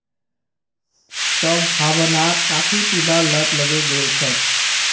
संभावनाक काफी पीबार लत लगे गेल छेक